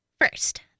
First